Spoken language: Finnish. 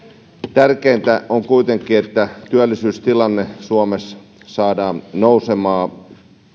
tärkeintä on kuitenkin että työllisyystilanne suomessa saadaan nousemaan